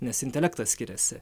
nes intelektas skiriasi